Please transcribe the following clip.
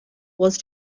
was